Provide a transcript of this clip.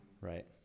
right